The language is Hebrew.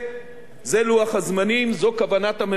זה לוח הזמנים, זו כוונת הממשלה,